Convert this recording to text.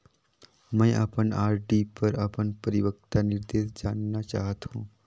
मैं अपन आर.डी पर अपन परिपक्वता निर्देश जानना चाहत हों